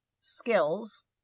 skills